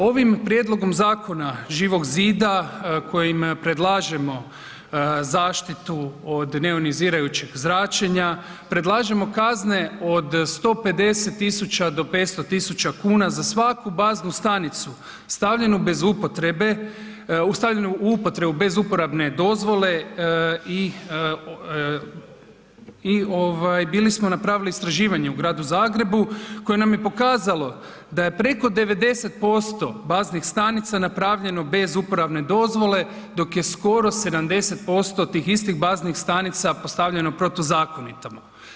Ovim prijedlogom zakona Živog zida kojim predlažemo zaštitu od neionizirajućeg zračenja predlažemo kazne od 150.000,00 do 500.000,00 kn za svaku baznu stanicu stavljenu bez upotrebe, stavljenu u upotrebu bez uporabne dozvole i ovaj bili smo napravili istraživanje u Gradu Zagrebu koje nam je pokazalo da je preko 90% baznih stanica napravljeno bez uporabne dozvole dok je skoro 70% tih istih baznih stanica postavljeno protuzakonito.